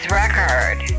record